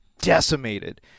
decimated